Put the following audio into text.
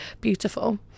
beautiful